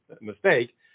mistake